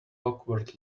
awkward